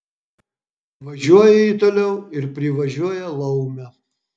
važiuoja ji toliau ir privažiuoja laumę